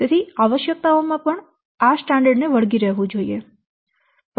તેથી આવશ્યકતાઓમાં પણ આ સ્ટાન્ડર્ડ ને વળગી રહેવું જોઈએ